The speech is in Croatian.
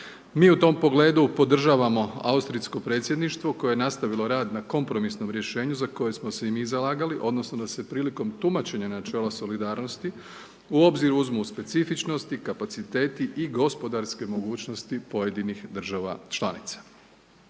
Mi u tom pogledu podržavamo austrijsko predsjedništvo koje je nastavilo rad na kompromisnom rješenju za koje smo se i mi zalagali odnosno da se prilikom tumačenja načela solidarnosti u obzir uzmu specifičnosti, kapaciteti i gospodarske mogućnosti pojedinih država članica.